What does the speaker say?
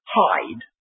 hide